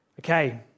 Okay